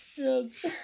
Yes